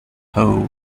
poe